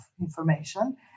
information